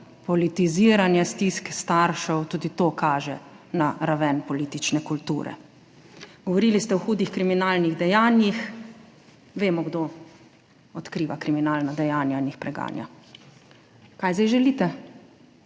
politiziranje stiske staršev, tudi to kaže na raven politične kulture. Govorili ste o hudih kriminalnih dejanjih, vemo, kdo odkriva kriminalna dejanja in jih preganja. Kaj zdaj želite?